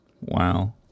Wow